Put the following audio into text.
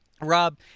Rob